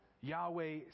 Yahweh